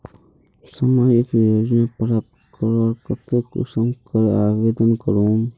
सामाजिक योजना प्राप्त करवार केते कुंसम करे आवेदन करूम?